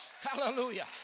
Hallelujah